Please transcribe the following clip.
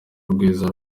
rwiza